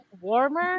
warmer